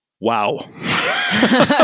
Wow